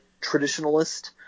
traditionalist